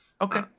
Okay